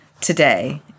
today